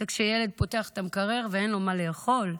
זה כשילד פותח את המקרר ואין לו מה לאכול,